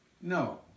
no